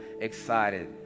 excited